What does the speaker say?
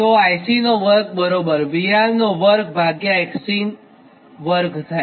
તો IC નો વર્ગ બરાબર VR નો વર્ગ ભાગ્યા નો Xc વર્ગ થાય